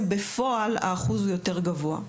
מה שגורם לאחוז להיות בפועל יותר גבוה.